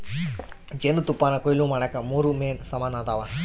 ಜೇನುತುಪ್ಪಾನಕೊಯ್ಲು ಮಾಡಾಕ ಮೂರು ಮೇನ್ ಸಾಮಾನ್ ಅದಾವ